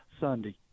Sunday